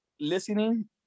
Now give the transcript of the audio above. listening